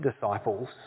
disciples